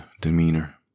demeanor